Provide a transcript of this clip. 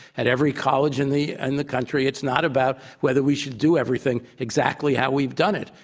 at every college in the and the country, it's not about whether we should do everything exactly how we've done it,